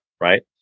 right